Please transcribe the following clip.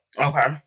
Okay